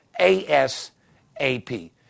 ASAP